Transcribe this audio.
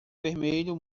vermelho